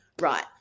right